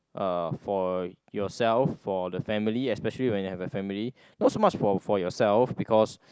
uh for yourself for the family especially when you have a family not so much for for yourself because